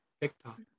TikTok